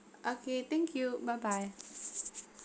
okay thank you bye bye